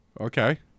Okay